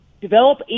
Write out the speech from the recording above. develop